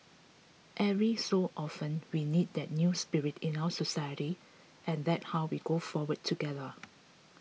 every so often we need that new spirit in our society and that how we go forward together